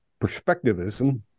perspectivism